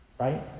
right